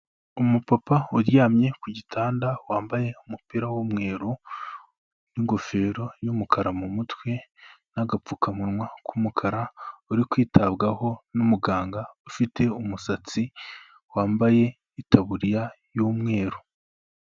Umupapa uryamye ku gitanda wambaye umupira w'umweru n'ingofero y'umukara mu mutwe n'agapfukamunwa k'umukara, uri kwitabwaho n'umuganga ufite umusatsi, wambaye itaburiya y'umweru.